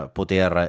poter